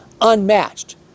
unmatched